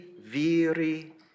viri